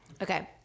Okay